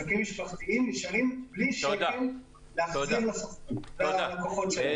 נשארים בלי שקל להחזיר ללקוחות שלהם.